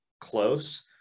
close